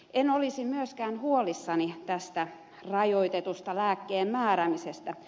en olisi myöskään huolissani tästä rajoitetusta lääkkeen määräämisestä